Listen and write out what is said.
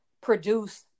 produce